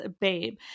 babe